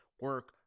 Work